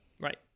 Right